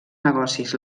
negocis